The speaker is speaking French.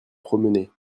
promener